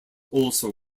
also